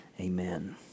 amen